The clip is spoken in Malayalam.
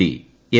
D M